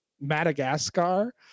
madagascar